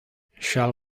shall